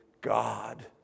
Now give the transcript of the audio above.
God